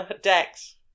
Dex